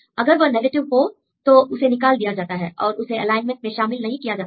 अगर वह नेगेटिव हो तो उसे निकाल दिया जाता है और उसे एलाइनमेंट में शामिल नहीं किया जाता है